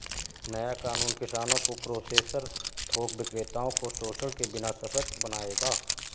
नया कानून किसानों को प्रोसेसर थोक विक्रेताओं को शोषण के बिना सशक्त बनाएगा